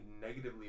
negatively